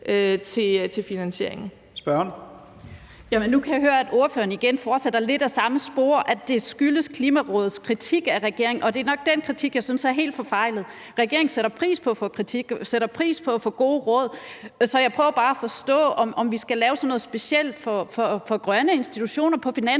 Kl. 11:42 Karin Liltorp (M): Nu kan jeg høre, at ordføreren igen forsætter lidt ad samme spor med, at det skyldes Klimarådets kritik af regeringen, og det er nok den kritik, jeg synes er helt forfejlet. Regeringen sætter pris på at få kritik og sætter pris på at få gode råd. Så jeg prøver bare at forstå, om vi skal lave sådan noget specielt for grønne institutioner på finansloven,